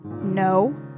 No